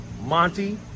Monty